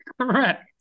Correct